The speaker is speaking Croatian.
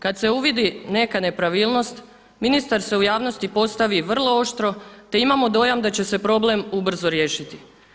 Kada se uvidi neka nepravilnost ministar se u javnosti postavi vrlo oštro te imamo dojam da će se problem ubrzo riješiti.